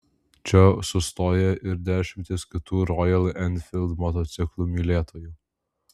čia sustoja ir dešimtys kitų rojal enfild motociklų mylėtojų